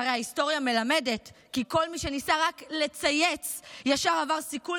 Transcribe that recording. שהרי ההיסטוריה מלמדת כי כל מי שניסה רק לצייץ ישר עבר סיכול